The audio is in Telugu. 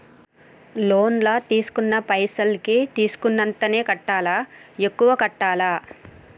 లోన్ లా తీస్కున్న పైసల్ కి తీస్కున్నంతనే కట్టాలా? ఎక్కువ కట్టాలా?